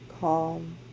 calm